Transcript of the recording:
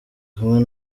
kumwe